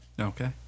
Okay